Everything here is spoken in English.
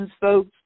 folks